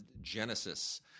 Genesis